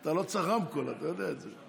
אתה לא צריך רמקול, אתה יודע את זה.